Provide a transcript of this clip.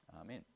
amen